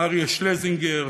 אריה שלזינגר,